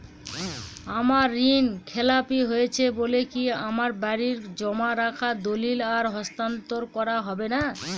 আমার ঋণ খেলাপি হয়েছে বলে কি আমার বাড়ির জমা রাখা দলিল আর হস্তান্তর করা হবে না?